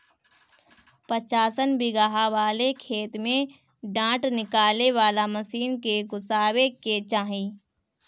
पचासन बिगहा वाले खेत में डाँठ निकाले वाला मशीन के घुसावे के चाही